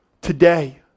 today